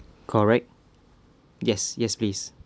correct yes yes please